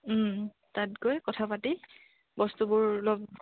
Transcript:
তাত গৈ কথা পাতি বস্তুবোৰ লগ